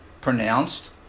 pronounced